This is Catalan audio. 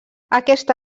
aquesta